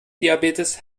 diabetes